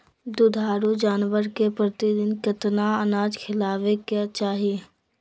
दुधारू जानवर के प्रतिदिन कितना अनाज खिलावे के चाही?